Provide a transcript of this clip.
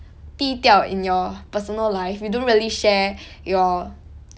低调 in your personal life you don't really share your